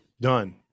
done